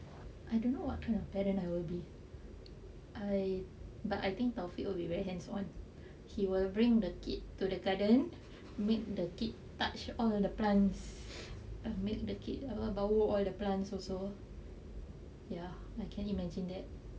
I don't know what kind of parent I will be I but I think taufik will be very hands on he will bring the kid to the garden make the kid touch all the plants ya make the kid apa bau all the plants also ya I can imagine that